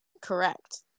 Correct